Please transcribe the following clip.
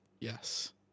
Yes